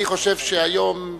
אני חושב שהיום,